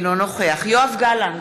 אינו נוכח יואב גלנט,